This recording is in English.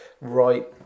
right